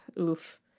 Oof